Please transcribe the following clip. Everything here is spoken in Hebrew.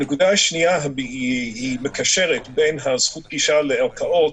הנקודה השנייה מקשרת בין זכות הגישה לערכאות,